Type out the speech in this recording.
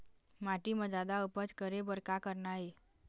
माटी म जादा उपज करे बर का करना ये?